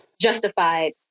Justified